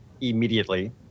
immediately